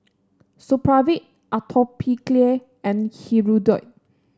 Supravit Atopiclair and Hirudoid